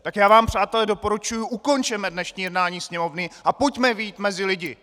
Tak já vám, přátelé, doporučuji, ukončeme dnešní jednání Sněmovny a pojďme vyjít mezi lidi!